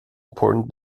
important